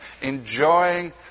enjoying